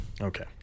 Okay